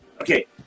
Okay